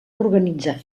organitzar